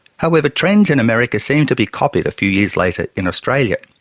however, trends in america seem to be copied a few years later in australia,